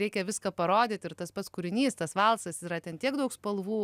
reikia viską parodyt ir tas pats kūrinys tas valsas yra ten tiek daug spalvų